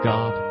God